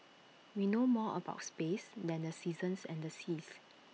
we know more about space than the seasons and the seas